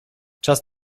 czas